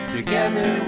Together